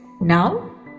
now